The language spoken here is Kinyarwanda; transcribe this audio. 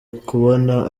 ukabona